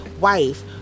wife